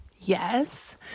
Yes